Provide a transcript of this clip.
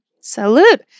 Salute